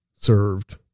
served